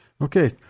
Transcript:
okay